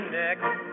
next